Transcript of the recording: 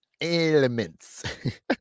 elements